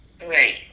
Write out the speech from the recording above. Right